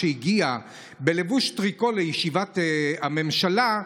כשהגיע בלבוש טריקו לישיבת הממשלה,